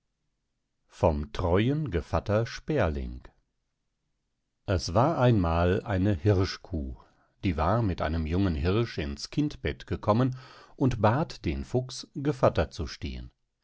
vom treuen gevatter sperling es war einmal eine hirschkuh die war mit einem jungen hirsch ins kindbett gekommen und bat den fuchs gevatter zu stehen